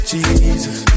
Jesus